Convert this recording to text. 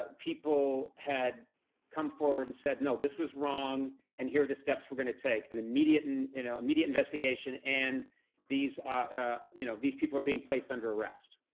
people had come forward said, no, this was wrong and here are the steps we're gonna take, an immediate and you know immediate investigation and these ah you know these people are being placed under arrest.